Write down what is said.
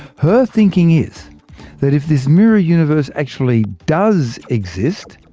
her thinking is that if this mirror universe actually does exist,